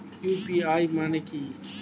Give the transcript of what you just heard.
UPI মানে কি?